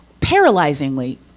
paralyzingly